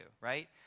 Right